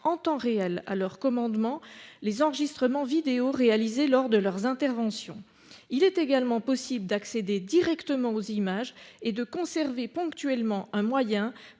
en temps réel à leur commandement, les enregistrements vidéo réalisés lors de leurs interventions. Il est également possible d'accéder directement aux images et de conserver ponctuellement un moyen